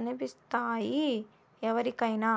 అనిపిస్తాయి ఎవరికైనా